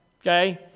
Okay